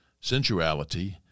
sensuality